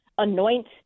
anoint